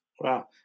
Wow